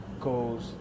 goes